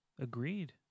Agreed